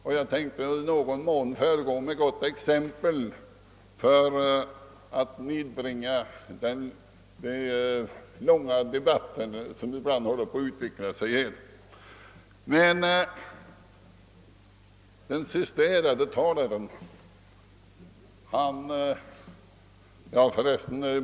Min avsikt var att i någon mån föregå med gott exempel för att nedbringa den långa debattiden här.